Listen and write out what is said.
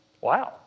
Wow